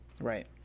right